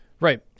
Right